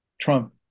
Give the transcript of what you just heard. Trump